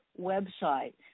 website